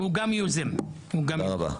תודה רבה.